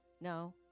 No